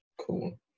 Cool